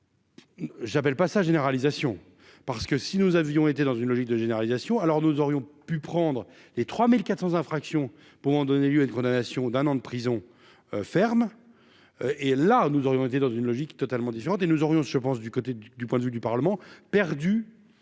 10 à 24. J'appelle pas sa généralisation parce que si nous avions été dans une logique de généralisation, alors nous aurions pu prendre les 3400 infractions pouvant donner lieu à une condamnation d'un an de prison ferme et là nous aurions été dans une logique totalement différente et nous aurions je pense du côté du du point de vue du Parlement perdu